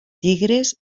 tigres